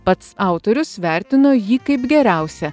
pats autorius vertino jį kaip geriausią